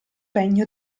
regno